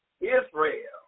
Israel